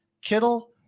Kittle